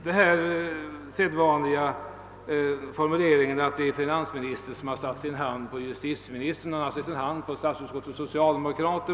Det har i debatten sagts att finansministern satt sin hand på justitieministern och på statsutskottets socialdemokrater.